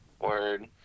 Word